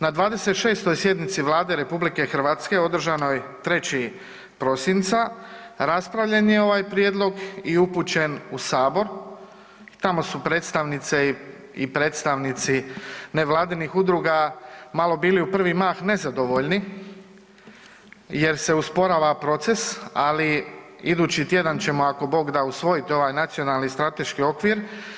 Na 26. sjednici Vlade RH održanoj 3. prosinca raspravljen je ovaj prijedlog i upućen u sabor i tamo su predstavnice i predstavnici nevladinih udruga malo bili u prvi mah nezadovoljni jer se usporava proces, ali idući tjedan ćemo ako Bog dan usvojit ovaj Nacionalni strateški okvir.